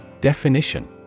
Definition